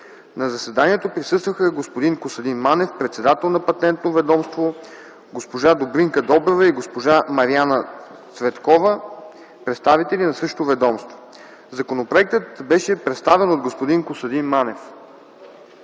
На заседанието присъстваха господин Костадин Манев – председател на Патентно ведомство, госпожа Добринка Добрева и госпожа Мариана Цвяткова – представители на същото ведомство. Законопроектът беше представен от господин Костадин Манев.